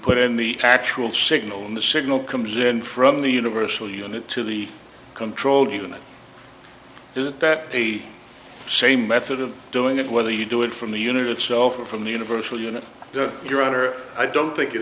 put in the actual signal and the signal comes in from the universal unit to the control unit isn't that the same method of doing it whether you do it from the unit itself or from the universal unit your honor i don't think it